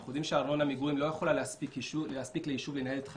אנחנו יודעים שארנונה למגורים לא יכולה להספיק ליישוב לנהל את חייו,